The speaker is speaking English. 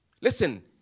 Listen